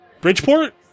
Bridgeport